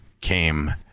came